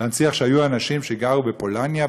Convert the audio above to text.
להנציח שהיו אנשים שגרו בפולניה,